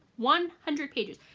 one hundred pages.